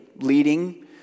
leading